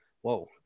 Whoa